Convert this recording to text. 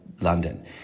london